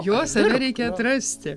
jo save reikia atrasti